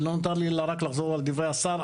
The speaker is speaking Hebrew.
ולא נותר לי אלא רק לחזור על דברי השר,